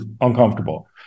uncomfortable